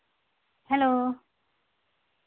hello